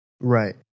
Right